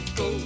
go